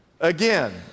Again